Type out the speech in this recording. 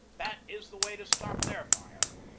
that is the way to stop their fire!